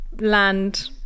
land